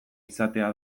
izatea